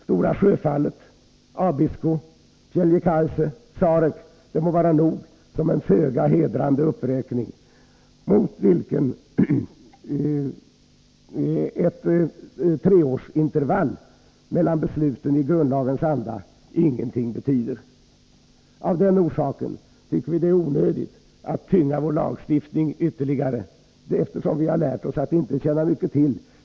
Stora Sjöfallet, Abisko, Pieljekaise och Sarek må vara nog såsom en föga hedrande uppräkning, mot vilken ett treårsintervall mellan besluten i grundlagens anda ingenting betyder. Av den orsaken tycker vi att det är onödigt att tynga vår lagstiftning ytterligare. Vi har lärt oss att det inte tjänar mycket till.